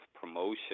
promotion